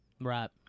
Right